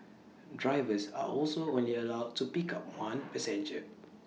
drivers are also only allowed to pick up one passenger